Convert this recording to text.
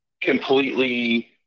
completely